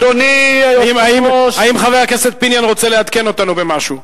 האם חבר הכנסת פיניאן רוצה לעדכן אותנו במשהו?